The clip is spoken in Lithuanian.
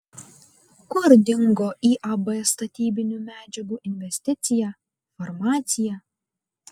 kur dingo iab statybinių medžiagų investicija farmacija